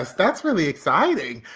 that's that's really exciting.